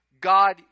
God